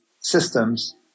systems